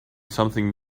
something